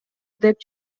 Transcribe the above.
деп